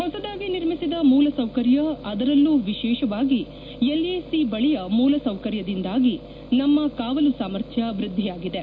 ಹೊಸದಾಗಿ ನಿರ್ಮಿಸಿದ ಮೂಲಸೌಕರ್ಯ ಅದರಲ್ಲೂ ವಿಶೇಷವಾಗಿ ಎಲ್ಎಸಿ ಬಳಿಯ ಮೂಲಸೌಕರ್ಯದಿಂದಾಗಿ ನಮ್ಮ ಕಾವಾಲು ಸಾಮರ್ಥ್ಯ ವೃದ್ಧಿಯಾಗಿದೆ